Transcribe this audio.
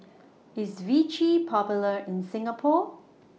IS Vichy Popular in Singapore